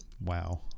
Wow